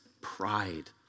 pride